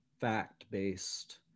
fact-based